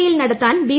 E യിൽ നടത്താൻ B